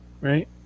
right